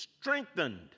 strengthened